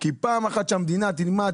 כי פעם אחת שהמדינה תלמד,